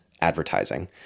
advertising